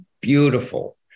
beautiful